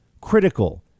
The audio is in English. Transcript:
critical